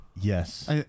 yes